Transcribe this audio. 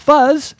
Fuzz